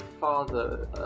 father